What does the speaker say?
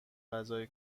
غذای